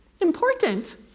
important